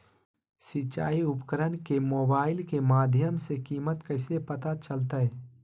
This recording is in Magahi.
सिंचाई उपकरण के मोबाइल के माध्यम से कीमत कैसे पता चलतय?